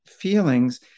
feelings